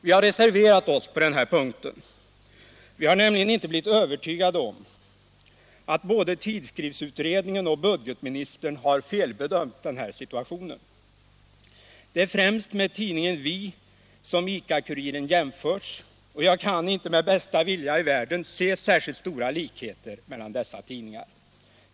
Vi har reserverat oss på den här punkten. Vi har inte blivit övertygade om att inte både tidskriftsutredningen och budgetministern har felbedömt situationen. Det är främst med tidningen Vi som ICA-Kuriren jämförs, men jag kan inte med bästa vilja i världen se särskilt stora likheter mellan dessa tidningar.